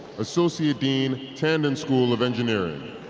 associate dean, tandon school of engineering.